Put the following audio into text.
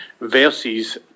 versus